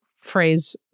phrase